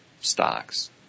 stocks